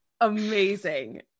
Amazing